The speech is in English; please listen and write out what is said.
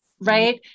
Right